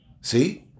see